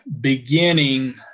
beginning